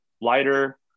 lighter